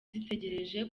zitegereje